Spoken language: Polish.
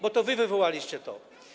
Bo to wy wywołaliście to.